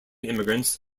immigrants